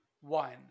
One